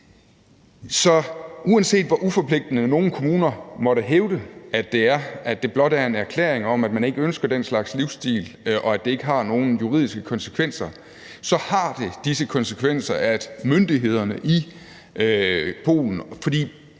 Så uanset hvor uforpligtende nogle kommuner måtte hævde det er, og at det blot er en erklæring om, at man ikke ønsker den slags livsstil, og at det ikke har nogen juridiske konsekvenser, så har det jo disse konsekvenser, altså at myndighederne i Polen – for